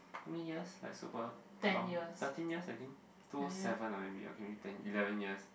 how many years like super long nineteen years I think two seven or maybe okay maybe take eleven years